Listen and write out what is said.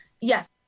Yes